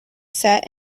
set